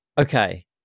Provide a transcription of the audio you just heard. okay